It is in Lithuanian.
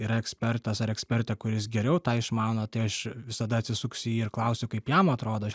yra ekspertas ar ekspertė kuris geriau tą išmano tai aš visada atsisuksiu į jį ir klausiu kaip jam atrodo